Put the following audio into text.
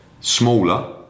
smaller